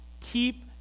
Keep